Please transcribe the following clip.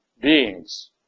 beings